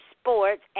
Sports